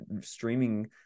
streaming